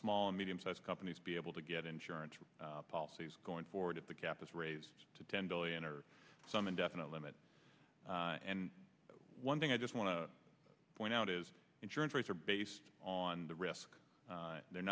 small and medium sized companies be able to get insurance policies going forward at the cap is raised to ten billion or some indefinite limit and one thing i just want to point out is insurance rates are based on the risk they're